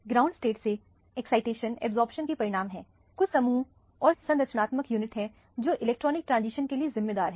ground state से excited state excitation absorption के परिणाम हैं कुछ समूह और संरचनात्मक यूनिट हैं जो इलेक्ट्रॉनिक एक्साइटेशन के लिए जिम्मेदार हैं